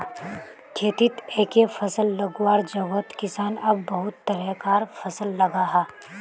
खेतित एके फसल लगवार जोगोत किसान अब बहुत तरह कार फसल लगाहा